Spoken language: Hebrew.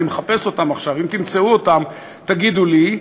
אני מחפש אותם עכשיו, אם תמצאו אותם תגידו לי,